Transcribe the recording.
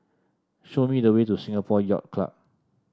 show me the way to Singapore Yacht Club